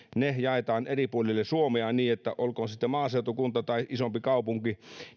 ne jaetaan eri puolille suomea niin että olkoon sitten maaseutukunta tai isompi kaupunki